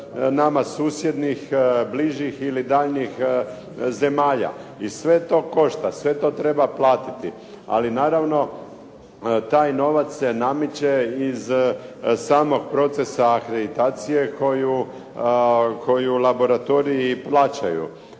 nama susjednih bližih ili daljih zemalja. I sve to košta, sve to treba platiti. Ali naravno, taj novac se nameće iz samog procesa akreditacije koju laboratoriji plaćaju.